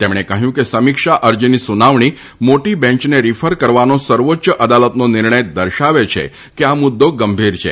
તેમણે કહ્યું કે સમીક્ષા અરજીની સુનાવણી મોટી બેંચને રીફર કરવાનો સર્વોચ્ય અદાલતનો નિર્ણય દર્શાવે છે કે આ મુદ્દો ગંભીર છે